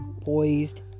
poised